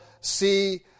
see